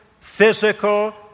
physical